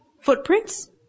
footprints